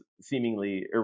seemingly